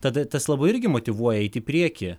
tada tas labai irgi motyvuoja eiti į priekį